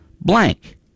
blank